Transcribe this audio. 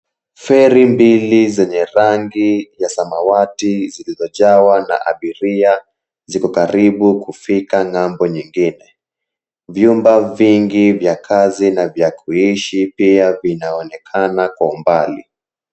Feri mbili zenye rangi ya samawati zilizojawa na abiria ziko karibu kufika ng'ambo nyingine. Vyumba vingi vya kazi na vya kuishi pia vinaonekana kwa umbali.